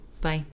Bye